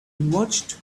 watched